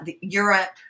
Europe